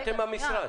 אתם המשרד.